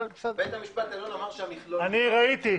ראיתי.